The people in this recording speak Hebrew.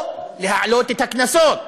או להעלות את הקנסות.